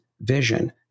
vision